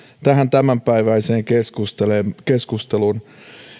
tähän tämänpäiväiseen keskusteluun